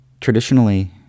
Traditionally